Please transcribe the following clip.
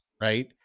right